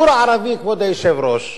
כבוד היושב-ראש,